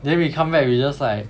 then we come back we just like